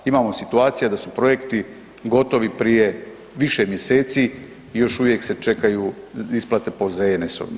Imamo situacije da su projekti gotovi prije više mjeseci i još uvijek se čekaju isplate po ZNS-ovima.